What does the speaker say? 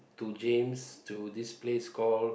to James to this place call